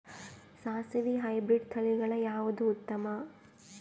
ಸಾಸಿವಿ ಹೈಬ್ರಿಡ್ ತಳಿಗಳ ಯಾವದು ಉತ್ತಮ?